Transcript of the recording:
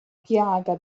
piaga